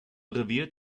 revier